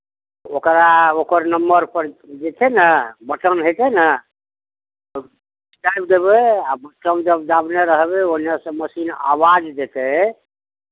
ओकरा ओकर नम्बरपर जे छै ने बटम हेतै ने दाबि देबै आ बटम जब दाबने रहबै ओन्नऽ सँ मशीन आवाज देतै